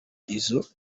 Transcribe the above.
izo